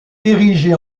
érigé